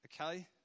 Okay